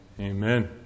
Amen